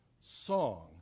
song